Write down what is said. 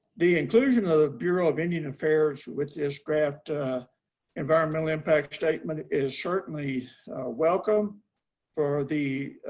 the inclusion of the bureau of indian affairs with this draft environmental impact statement is certainly welcome for the